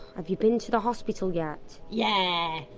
have you been to the hospital yet? yeah,